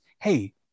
hey